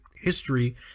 history